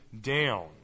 down